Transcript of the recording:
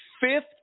fifth